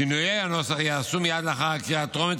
שינויי הנוסח ייעשו מייד לאחר הקריאה הטרומית,